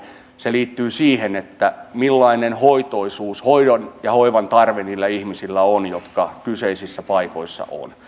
se liittyy siihen millainen hoitoisuus hoidon ja hoivan tarve niillä ihmisillä on jotka kyseisissä paikoissa